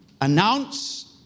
announce